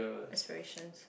expressions